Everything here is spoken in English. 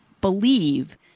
believe